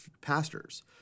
pastors